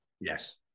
yes